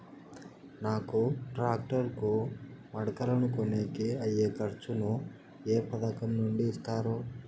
నాకు టాక్టర్ కు మడకలను కొనేకి అయ్యే ఖర్చు ను ఏ పథకం నుండి ఇస్తారు?